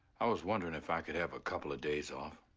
i was wondering if i could have a couple of days off.